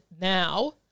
now